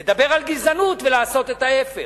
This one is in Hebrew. לדבר על גזענות ולעשות את ההיפך.